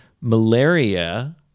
malaria